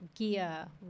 Gia